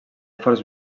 forts